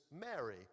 Mary